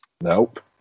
Nope